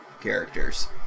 Characters